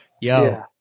yo